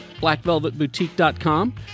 BlackVelvetBoutique.com